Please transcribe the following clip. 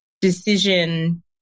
decision